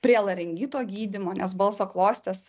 prie laringito gydymo nes balso klostės